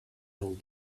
told